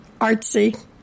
Artsy